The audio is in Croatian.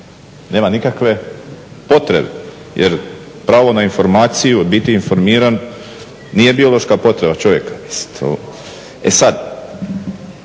nema nikakve potrebe. Jer pravo na informaciju, biti informiran nije biološka potreba čovjeka. E sad,